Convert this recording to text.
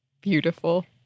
Beautiful